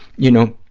you know,